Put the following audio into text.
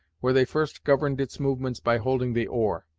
where they first governed its movements by holding the oar.